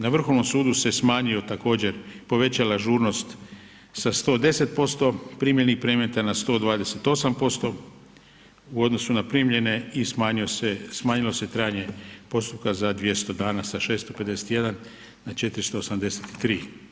Na Vrhovnom sudu se smanjio također, povećala ažurnost sa 110% primljenih predmeta na 128% u odnosu na primljene i smanjilo se trajanje postupka za 200 dana, sa 651 na 483.